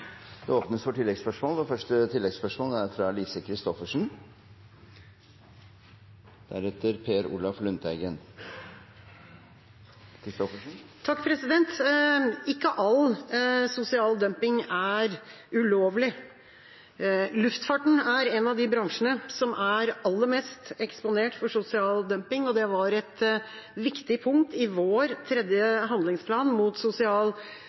Det åpnes for oppfølgingsspørsmål – først Lise Christoffersen. Ikke all sosial dumping er ulovlig. Luftfarten er en av de bransjene som er aller mest eksponert for sosial dumping, og det var et viktig punkt i vår tredje handlingsplan mot